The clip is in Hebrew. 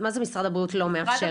מה זה משרד הבריאות לא מאפשר?